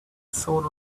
sort